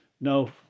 no